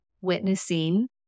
witnessing